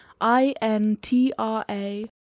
I-N-T-R-A